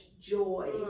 joy